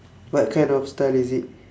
what kind of style is it